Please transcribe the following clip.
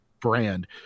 brand